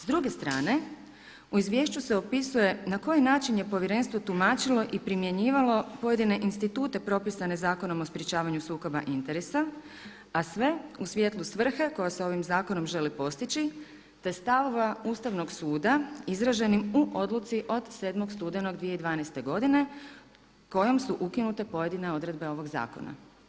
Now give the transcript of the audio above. S druge strane, u izvješću se opisuje na koji način je povjerenstvo tumačilo i primjenjivalo pojedine institute propisane Zakonom o sprečavanju sukoba interesa, a sve u svjetlu svrhe koje se ovim zakonom želi postići, te stavova Ustavnog suda izraženim u odluci od 7. studenog 2012. godine kojom su ukinute pojedine odredbe ovog zakona.